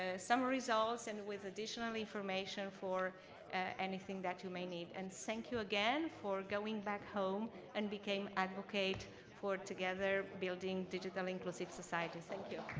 ah some results and with additional information for anything that you may need. and thank you, again, for going back home and become advocate for together building digital inclusive society. thank you.